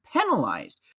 penalized